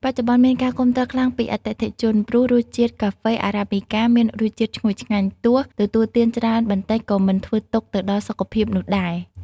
បច្ចុប្បន្នមានការគាំទ្រខ្លាំងពីអតិថិជន ព្រោះរសជាតិកាហ្វេArabica មានរសជាតិឈ្ងុយឆ្ងាញ់ ទោះទទួលទានច្រើនបន្តិចក៏មិនធ្វើទុក្ខទៅដល់សុខភាពនោះដែរ។